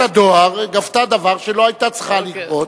חברת הדואר גבתה דבר שלא היתה צריכה לגבות.